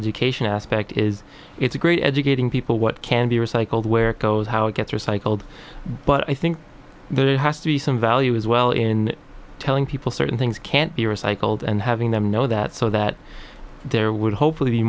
education aspect is it's a great educating people what can be recycled where it goes how it gets recycled but i think there has to be some value as well in telling people certain things can't be recycled and having them know that so that there would hopefully be